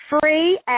free